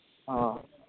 ᱦᱚᱸ